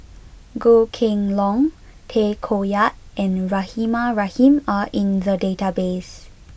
Goh Kheng Long Tay Koh Yat and Rahimah Rahim are in the database